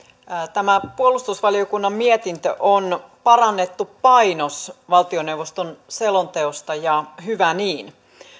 tämä puolustusvaliokunnan mietintö on parannettu painos valtioneuvoston selonteosta ja hyvä niin